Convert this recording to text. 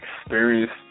experience